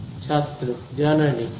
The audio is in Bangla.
ছাত্র জানা নেই